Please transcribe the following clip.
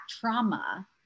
trauma